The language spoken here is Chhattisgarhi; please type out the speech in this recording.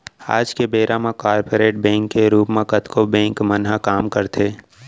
आज के बेरा म कॉरपोरेट बैंक के रूप म कतको बेंक मन ह काम करथे